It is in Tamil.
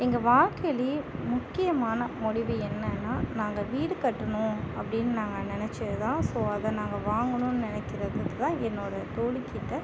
எங்கள் வாழ்க்கையிலயே முக்கியமான முடிவு என்னன்னா நாங்கள் வீடு கட்டுணும் அப்படின்னு நாங்கள் நினைச்சது தான் ஸோ அதை நாங்கள் வாங்கணும் நினைக்கிறது தான் என்னோட தோழி கிட்டே